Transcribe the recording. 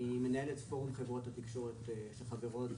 אני מנהל את פורום חברות התקשורת שחברות באיגוד.